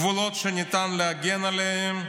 גבולות שניתן להגן עליהם,